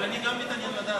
אבל גם אני מתעניין לדעת,